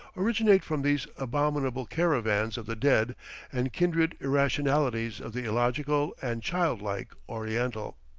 originate from these abominable caravans of the dead and kindred irrationalities of the illogical and childlike oriental.